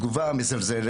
היא תגובה מזלזלת.